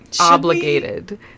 obligated